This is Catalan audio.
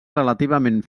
relativament